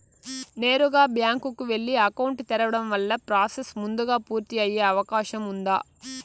నేరుగా బ్యాంకు కు వెళ్లి అకౌంట్ తెరవడం వల్ల ప్రాసెస్ ముందుగా పూర్తి అయ్యే అవకాశం ఉందా?